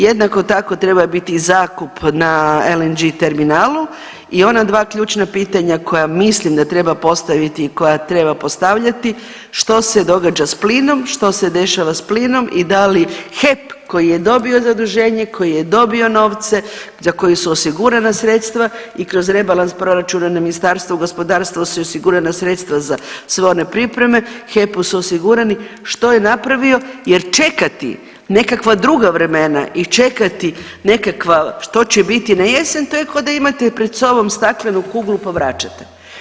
Jednako tako treba biti i zakup na LNG terminalu i ona dva ključna pitanja koja mislim da treba postaviti i koja treba postavljati što se događa s plinom, što se dešava s plinom i da li HEP koji je dobio zaduženje, koji je dobio novce za koji su osigurana sredstva i kroz rebalans proračuna na Ministarstvo gospodarstva su osigurana sredstva za sve one pripreme, HEP-u su osigurani, što je napravio, jer čekati nekakva druga vremena i čekati nekakva što će biti na jesen to je koda imate pred sobom staklenu kuglu, pa vračate.